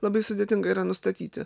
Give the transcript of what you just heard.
labai sudėtinga yra nustatyti